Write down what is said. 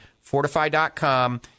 fortify.com